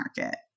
market